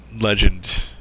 Legend